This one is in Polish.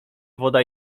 woda